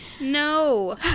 No